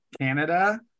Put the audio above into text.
Canada